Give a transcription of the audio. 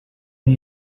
ari